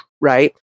right